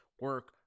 Work